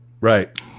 Right